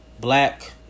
Black